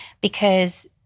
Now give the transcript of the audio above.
because-